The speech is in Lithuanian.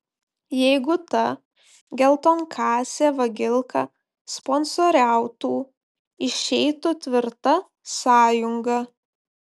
jeigu ta geltonkasė vagilka sponsoriautų išeitų tvirta sąjunga